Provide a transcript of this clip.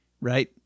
right